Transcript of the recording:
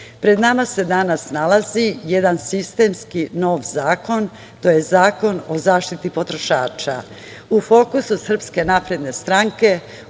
pred nama se danas nalazi jedan sistemski nov zakon, to je Zakon o zaštiti potrošača.U